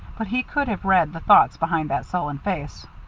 but he could have read the thoughts behind that sullen face.